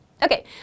Okay